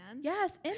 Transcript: yes